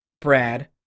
Brad